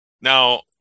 Now